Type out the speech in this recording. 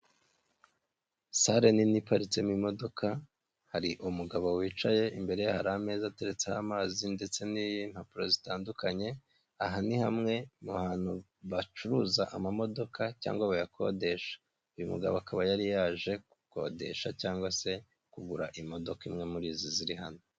Sare nini iparitsemo imodoka hari umugabo wicaye imbere hari ameza ateretse amazi ndetse n'impapuro zitandukanye aha ni hamwe mu hantu bacuruza amamodoka cyangwa bayakodesha, uyu mugabo akaba yari yaje gukodesha cyangwa se kugura imodoka imwe muri izi ziri hano.